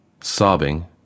Sobbing